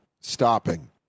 stopping